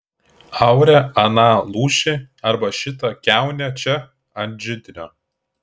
aure aną lūšį arba šitą kiaunę čia ant židinio